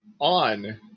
on